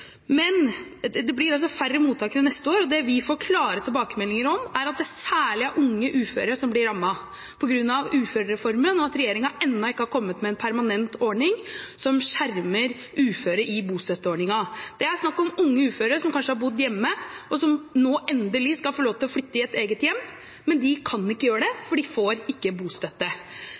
at det særlig er unge uføre som blir rammet, på grunn av uførereformen og fordi regjeringen ennå ikke har kommet med en permanent ordning som skjermer uføre i bostøtteordningen. Det er snakk om unge uføre som kanskje har bodd hjemme, og som nå endelig skal få lov til å flytte inn i et eget hjem, men de kan ikke gjøre det, for de får ikke bostøtte.